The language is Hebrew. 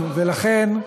לכן,